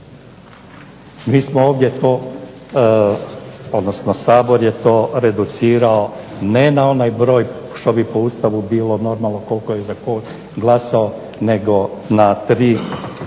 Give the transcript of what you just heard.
Mi smo ovdje odnosno Sabor je to reducirao ne na onaj broj što bi po Ustavu bilo normalno koliko je za koga glasao nego na 3 mjesta